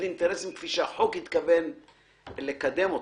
אינטרסים כפי שהחוק התכוון לקדם אותו,